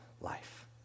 life